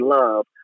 love